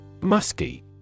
Musky